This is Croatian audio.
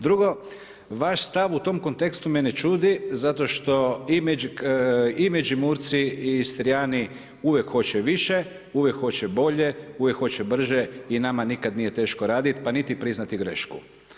Drugo, vaš stav u tom kontekstu me ne čudi zato što i Međimurci i Istrijani uvijek hoće više, uvijek hoće bolje, uvijek hoće brže i nama nikada nije teško raditi pa niti priznati grešku.